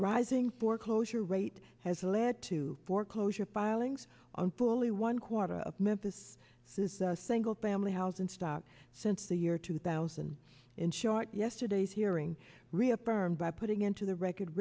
rising foreclosure rate has led to foreclosure filings on fully one quarter of memphis single family housing stock since the year two thousand in short yesterday's hearing reaffirmed by putting into the record